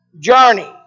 journey